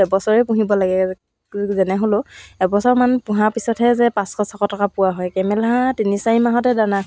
তাৰপিছত মই নিজেই চুৱেটাৰ এটা গুঠিছিলোঁ গুঠি মানে প্ৰথম চুৱেটাৰটো যেতিয়া গুঠিছিলোঁ